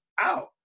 out